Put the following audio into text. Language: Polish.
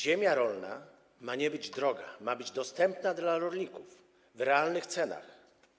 Ziemia rolna ma nie być droga, ma być dostępna dla rolników w realnych cenach.